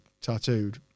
tattooed